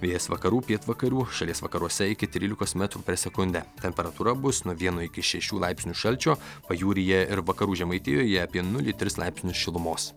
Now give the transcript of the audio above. vėjas vakarų pietvakarių šalies vakaruose iki trylikos metrų per sekundę temperatūra bus nuo vieno iki šešių laipsnių šalčio pajūryje ir vakarų žemaitijoje apie nulį tris laipsnius šilumos